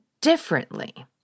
differently